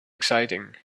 exciting